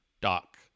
Doc